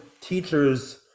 teachers